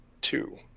two